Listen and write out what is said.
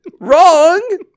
Wrong